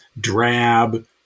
drab